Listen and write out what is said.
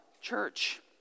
church